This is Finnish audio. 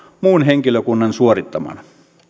muun henkilökunnan suorittamana